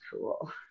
cool